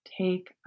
Take